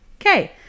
Okay